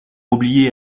oublié